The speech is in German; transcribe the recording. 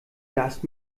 darfst